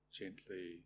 gently